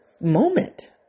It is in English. moment